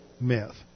myth